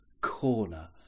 corner